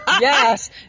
Yes